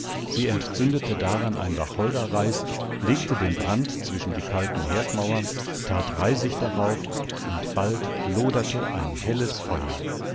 sie entzündete daran ein wacholderreis legte den brand zwischen die kalten herdmauern tat reisig darauf und bald loderte ein helles feuer